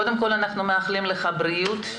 קודם כל אנחנו מאחלים לך בריאות.